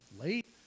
late